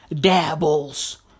dabbles